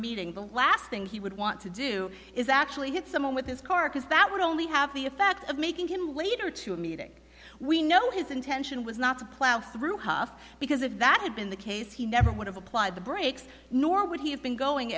meeting the last thing he would want to do is actually hit someone with his car because that would only have the effect of making him later to a meeting we know his intention was not to plow through half because if that had been the case he never would have applied the brakes nor would he have been going